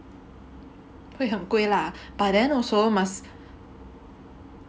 会很贵 lah but then also must